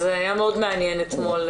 אז היה מאוד מעניין אתמול,